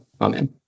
Amen